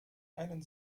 einen